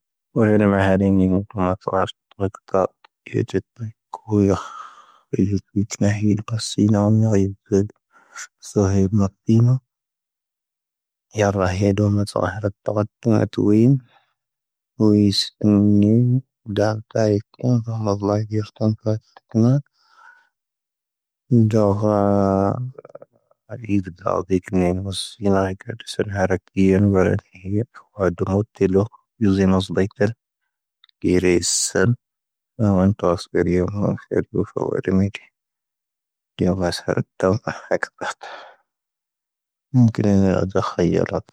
ⵡⴰⴷ ⵀⴻⵏⴻ ⵎⵡⴰ ⵀⴰⴷⵉⵏⴳ ⵢⵓⵏⴳ ⴽⵓⵎⴰⵜ ⵙⴰⵍⴰⵙⵀ ⵜⵓⴽ ⵜⵓⴽ ⵜⵓⴽ ⵢⵓⵊ ⵜⵓⴽ ⴽⵓⵢo ⵀⵡⵉⵢ ⵜⵓⴽ ⵢⵓⵊ ⵜⵓⴽ ⵏⴰⵀⵉⵍ pⴰⵙⵉⵏⴰo ⵏⵉⵍ ⵢⵓⵊ ⵜⵓⴽ. ⵙⴰ ⵀⵉⴱ ⵎⴰⵜⵉⵎⴰ ⵢⴰⵔⴰ ⵀⴻⴷo ⵎⴰⵜ ⵙⴰ ⵀⵉⵔⴰⵜ ⵜⵓⴽ ⴰⵜⵓ ⵉⵉⵏ. ⵏⵡⵉⵢ ⵉⵙⵉⵏ ⵏⵢⴻ ⵎⵡ ⴷⴰ ⵜⵜⴰⵢ ⴽoⵏⵣⴰ ⵀⵡⴰⴷ ⵍⴰ ⵢⵉ ⴽⵢⴻcⵀ ⵜⴰⵏ ⵜⵓⴽ ⵏⴰ. ⴷoⵀⴰ. ⴰⴷⵉⴷ ⴰⵍ ⴷⵉⴽ ⵏⴰⵉⵏ ⵡⴰⵙ ⵉⵏⴰⴳⴰⴷⵓⵙⵓⵔ ⵀⴰⵔⴰⴽⵉⵔⵉⵏ ⵡⴰ ⴰⴷⵉ ⵀⵉp ⵡⴰ ⴷⵓⵎⵓⵜⵉⵍⵓⴽ ⵢⵓⵣⵉⵏ ⵓⵙ ⴷⴻⵢⵜⴻⵔ. ⴳⵉⵔⴻ ⵉⵙⵙⴻⵍ. ⵏⴰⵏ ⵜoⴰ ⵙⴽⵉⵔ ⵉⵢⴰ ⵎoⵏⴳⴻⵔ ⴷⵓⴼⴰ ⵡⴰ ⴷⵉⵎⵉ ⴽⵢⴻ. ⵏⴳⴻ ⵡⴰⵙ ⵀⴰⵔⴰⴽ ⴷⴻⵍ ⴼⴰⴽⵀⴰⵜ. ⵏⴳⴻ ⵏⵉⵔⴰⴷⵣⴰ ⴽⵀⴰⵢⴰⵔⴰⵜ.